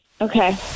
Okay